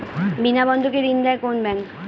বিনা বন্ধকে ঋণ দেয় কোন ব্যাংক?